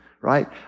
right